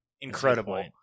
incredible